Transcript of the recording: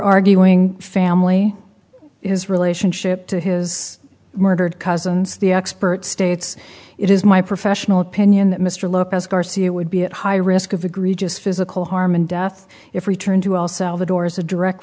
arguing family his relationship to his murdered cousins the expert states it is my professional opinion that mr lopez garcia would be at high risk of egregious physical harm and death if we turn to also the doors a direct